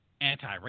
anti-racism